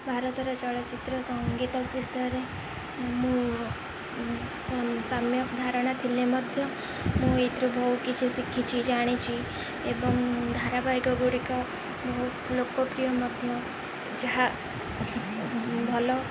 ଭାରତର ଚଳଚ୍ଚିତ୍ର ସଙ୍ଗୀତ ବିଷୟରେ ମୁଁ ସମ୍ୟକ ଧାରଣା ଥିଲେ ମଧ୍ୟ ମୁଁ ଏଇଥିରୁ ବହୁ କିଛି ଶିଖିଛି ଜାଣିଛି ଏବଂ ଧାରାବାହିକଗୁଡ଼ିକ ବହୁତ ଲୋକପ୍ରିୟ ମଧ୍ୟ ଯାହା ଭଲ